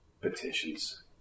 petitions